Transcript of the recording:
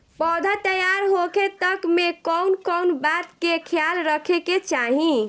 पौधा तैयार होखे तक मे कउन कउन बात के ख्याल रखे के चाही?